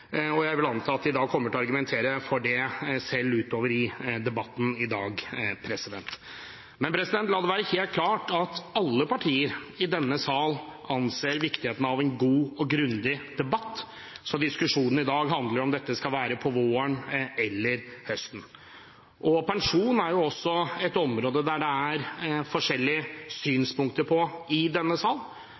og jeg vil anta at de selv kommer til å argumentere for det utover i debatten i dag. La det være helt klart at alle partier i denne sal anser at en god og grundig debatt er viktig. Diskusjonen i dag handler om hvorvidt dette skal være på våren eller på høsten. Pensjon er et område som det er forskjellige synspunkter på i denne sal.